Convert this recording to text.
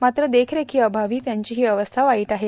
मात्र देखरेळीअभावी त्यांचीठी अवस्था वाईट आहे